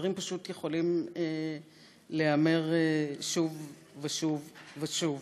הדברים פשוט יכולים להיאמר שוב ושוב ושוב.